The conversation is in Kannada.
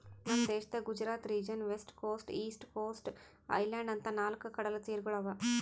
ನಮ್ ದೇಶದಾಗ್ Gujarat region, west coast, east coast, island ಅಂತಾ ನಾಲ್ಕ್ ಕಡಲತೀರಗೊಳ್ ಅವಾ